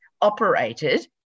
operated